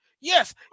Yes